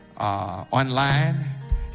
online